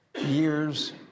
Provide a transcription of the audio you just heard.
years